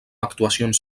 actuacions